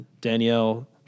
Danielle